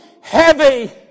heavy